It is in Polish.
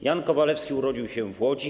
Jan Kowalewski urodził się w Łodzi.